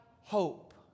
hope